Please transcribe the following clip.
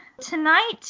tonight